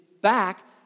back